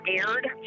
scared